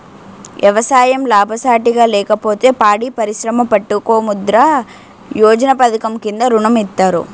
ఎవసాయం లాభసాటిగా లేకపోతే పాడి పరిశ్రమ పెట్టుకో ముద్రా యోజన పధకము కింద ఋణం ఇత్తారు